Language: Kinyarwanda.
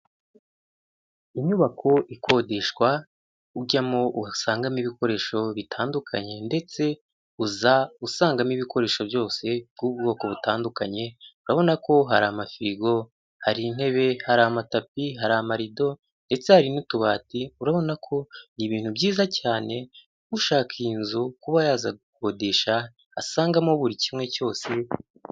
Inyubako ikodeshwa ujyamo uhasangamo ibikoresho bitandukanye, ndetse uza usangamo ibikoresho byose by'ubwoko butandukanye urabona ko hari amafirigo, hari intebe ,hari amatapi ,hari amarido ndetse hari n'utubati urabona ko ni ibintu byiza cyane ushaka iyi nzu kuba yazakodesha asangamo buri kimwe cyose.